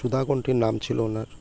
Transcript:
সুধাকণ্ঠী নাম ছিল ওনার